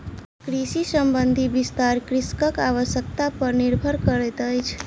कृषि संबंधी विस्तार कृषकक आवश्यता पर निर्भर करैतअछि